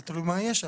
זה תלוי מה יהיה שם.